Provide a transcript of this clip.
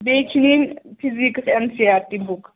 بیٚیہِ چھِ نِنۍ physics N C R T book